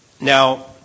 Now